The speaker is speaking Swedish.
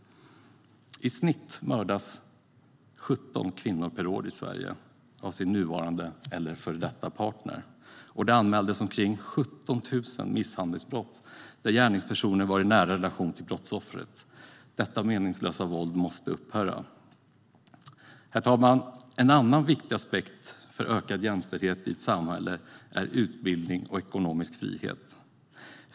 I snitt mördas 17 kvinnor per år i Sverige av sin partner eller före detta partner. Det anmäldes omkring 17 000 misshandelsbrott där gärningspersonen hade en nära relation till brottsoffret. Detta meningslösa våld måste upphöra. Herr talman! En annan viktig aspekt för ökad jämställdhet i ett samhälle är utbildning och ekonomisk frihet.